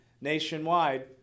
nationwide